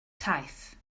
taith